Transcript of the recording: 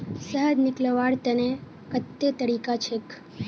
शहद निकलव्वार तने कत्ते तरीका छेक?